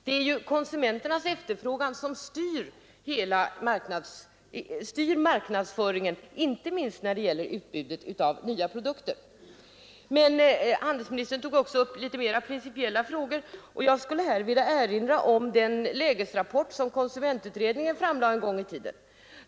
Det är ju konsumenternas efterfrågan som styr marknadsföringen, inte minst när det gäller utbudet av nya produkter. Handelsministern tog också upp litet mera principiella frågor. Jag skulle här vilja erinra om den lägesrapport som konsumentutredningen framlade en gång i tiden.